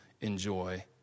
enjoy